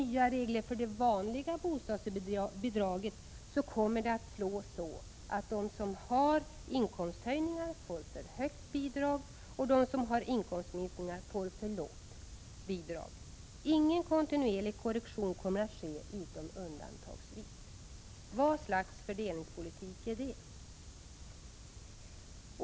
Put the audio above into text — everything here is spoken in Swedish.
Nya regler för det vanliga bostadsbidraget kommer att slå så, att de som har inkomsthöjningar får för högt bidrag och de som har inkomstminskningar får för lågt bidrag. Ingen kontinuerlig korrektion kommer att ske utom undantagsvis. Vad för slags fördelningspolitik är detta?